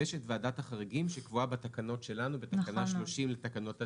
ויש את ועדת החריגים שקבועה בתקנות שלנו בתקנה 30 לתקנות התעופה.